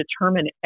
determine